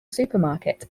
supermarket